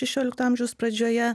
šešiolikto amžiaus pradžioje